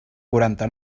quaranta